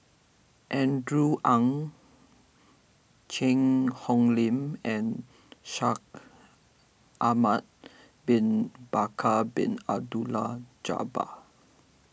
Andrew Ang Cheang Hong Lim and Shaikh Ahmad Bin Bakar Bin Abdullah Jabbar